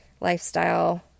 lifestyle